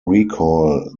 recall